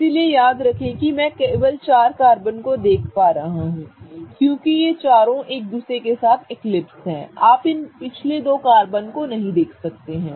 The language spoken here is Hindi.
इसलिए याद रखें कि मैं केवल चार कार्बन देख पा रहा हूं क्योंकि ये चारों एक दूसरे के साथ एक्लिप्स हैं आप इन दो पिछले कार्बन को नहीं देख सकते हैं